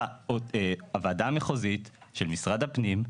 הוועדה המחוזית של משרד הפנים,